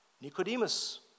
Nicodemus